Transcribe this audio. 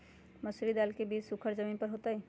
मसूरी दाल के बीज सुखर जमीन पर होतई?